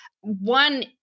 One